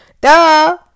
duh